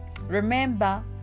remember